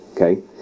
okay